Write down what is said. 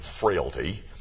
frailty